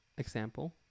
Example